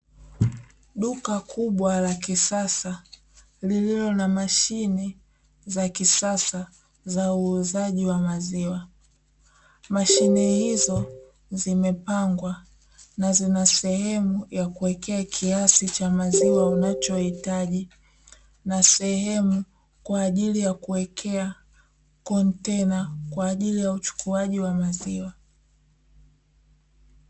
duka kubwa la kisasa, lililo na mashine za kisasa za uuzaji wa maziwa. Mashine hizo zimepangwa, na zina sehemu ya kuwekea kiasi cha maziwa unachohitaji, na sehemu kwa ajili ya kuwekea kontena kwa ajili ya uchukuaji wa maziwa."